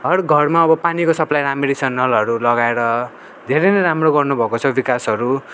हर घरमा अब पानीको सप्लाई अब राम्ररी छ नलहरू लगाएर धेरै नै राम्रो गर्नु भएको छ विकासहरू